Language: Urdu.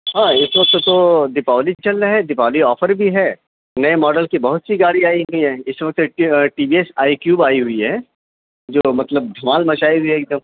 ہاں اس وقت تو دیپاولی چل رہے دیپاولی آفر بھی ہے نئے ماڈل کی بہت سی گاڑی آئی ہوئی ہے اس وقت T T V S iQube آئی ہوئی ہے جو مطلب دھمال مچائے ہوئی ہے ایک دم